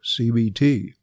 CBT